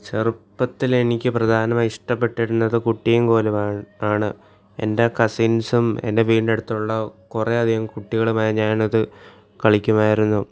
ചെറുപ്പത്തിൽ എനിക്ക് പ്രധാനമായി ഇഷ്ടപ്പെട്ടിരുന്നത് കുട്ടിയും കോലും ആ ആണ് എൻ്റെ കസിൻസും എൻ്റെ വീടിൻറെ അടുത്തുള്ള കുറേ അധികം കുട്ടികളുമായി ഞാൻ അത് കളിക്കുമായിരുന്നു